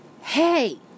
Hey